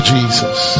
Jesus